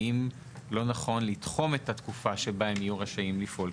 האם לא נכון לתחום את התקופה שבה הם יהיו רשאים לפעול?